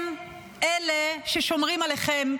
הם אלה ששומרים עליכם,